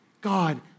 God